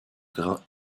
grain